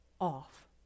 off